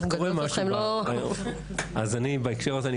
מגדלות אתכם לא --- אז בהקשר הזה,